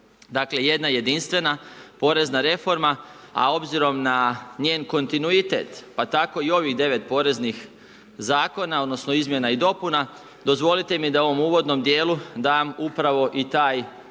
Dakle jedna jedinstvena porezna reforma, a obzirom na njen kontinuitet pa tako i ovih 9 poreznih zakona, odnosno izmjena i dopuna, dozvolite mi da u ovom uvodnom djelu dam upravo i taj jedan